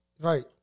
Right